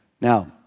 Now